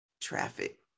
traffic